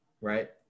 right